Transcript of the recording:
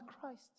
Christ